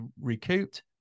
recouped